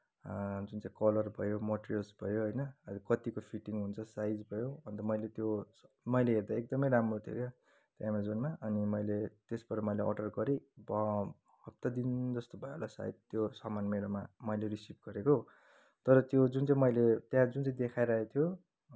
जुन चाहिँ कलर भयो मटेरियल्स भयो होइन कतिको फिटिङ हुन्छ त्यो साइज भयो अन्त मैले त्यो मैले हेर्दा एकदमै राम्रो थियो क्या एमाजोनमा अनि मैले त्यसबाट मैले अर्डर गरेँ बा हप्तादिन जस्तो भयो होला सायद त्यो सामान मेरोमा मैले रिसिभ गरेको तर त्यो जुन चाहिँ मैले त्यहाँ जुन चाहिँ देखाइरहेको थियो